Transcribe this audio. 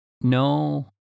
no